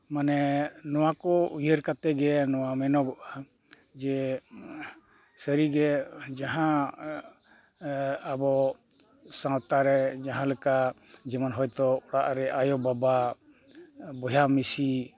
ᱢᱟᱱᱮ ᱱᱚᱣᱟ ᱠᱚ ᱩᱭᱦᱟᱹᱨ ᱠᱟᱛᱮᱫ ᱜᱮ ᱱᱚᱣᱟ ᱢᱮᱱᱚᱜᱚᱜᱼᱟ ᱡᱮ ᱥᱟᱹᱨᱤ ᱜᱮ ᱡᱟᱦᱟᱸ ᱟᱵᱚ ᱥᱟᱶᱛᱟ ᱨᱮ ᱡᱟᱦᱟᱸ ᱞᱮᱠᱟ ᱡᱮᱢᱚᱱ ᱦᱳᱭᱛᱚ ᱚᱲᱟᱜ ᱨᱮ ᱟᱭᱳᱼᱵᱟᱵᱟ ᱵᱚᱭᱦᱟ ᱢᱤᱥᱤ